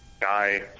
die